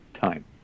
time